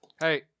Hey